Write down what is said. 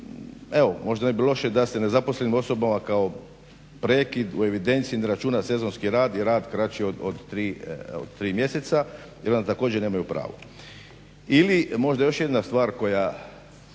možda ne bi bilo loše da se nezaposlenim osobama kao prekid u evidenciji ne računa sezonski rad i rad kraći od tri mjeseca jer oni također nemaju pravo.